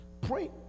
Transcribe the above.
Pray